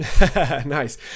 Nice